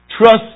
Trust